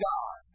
God